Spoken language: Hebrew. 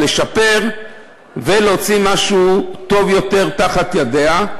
לשפר ולהוציא משהו טוב יותר מתחת ידיה.